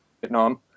Vietnam